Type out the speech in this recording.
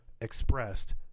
expressed